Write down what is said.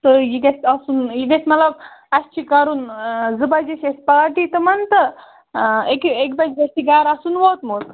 تہٕ یہِ گژھِ آسُن یہِ گژھِ مطلب اَسہِ چھُ کَرُن زٕ بجَے چھِ اَسہِ پارٹی تِمَن تہٕ یِکہِ اَکہِ بجہِ گژھِ یہِ گرٕ آسُن ووٚتمُت